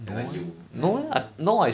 then like you ya no